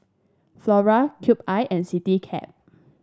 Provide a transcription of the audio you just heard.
Flora Cube I and Citycab